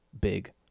big